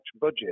budget